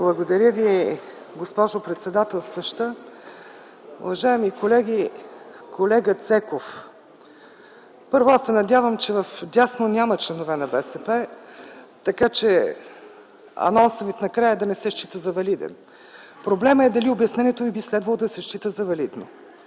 Благодаря Ви, госпожо председателстваща. Уважаеми колеги, колега Цеков! Първо, се надявам, че вдясно няма членове на БСП, така че анонсът Ви накрая да не се счита за валиден. Проблемът е дали обяснението Ви би следвало да се счита за валидно.